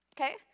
okay